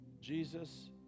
Jesus